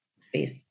space